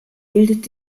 bildet